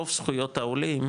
רוב זכויות העולים,